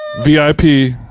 VIP